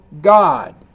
God